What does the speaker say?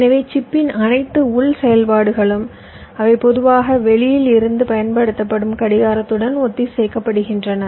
எனவே சிப்பின் அனைத்து உள் செயல்பாடுகளும் அவை பொதுவாக வெளியில் இருந்து பயன்படுத்தப்படும் கடிகாரத்துடன் ஒத்திசைக்கப்படுகின்றன